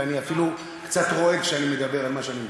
ואני אפילו קצת רועד כשאני מדבר על מה שאני מדבר.